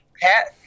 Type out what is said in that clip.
pat